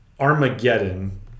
Armageddon